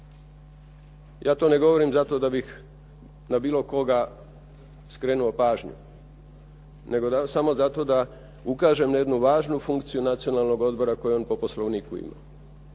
Ja to ne govorim zato da bih na bilo koga skrenuo pažnju, nego samo zato da ukažem na jednu važnu funkciju Nacionalnog odbora koji on po Poslovniku ima,